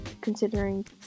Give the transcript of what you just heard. considering